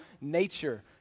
nature